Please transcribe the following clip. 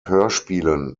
hörspielen